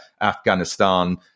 Afghanistan